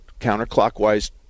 counterclockwise